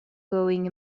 going